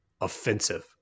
offensive